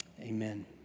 Amen